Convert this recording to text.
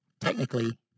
technically